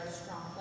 strong